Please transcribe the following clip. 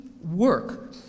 work